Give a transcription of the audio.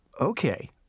Okay